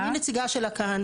אני נציגה שלה כאן.